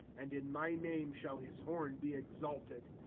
and in my name shall his horn be exalted.